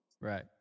Right